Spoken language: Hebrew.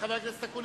חבר הכנסת אקוניס,